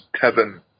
Kevin